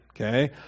Okay